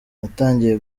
natangiye